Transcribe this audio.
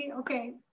Okay